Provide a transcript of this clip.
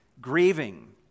grieving